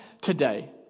today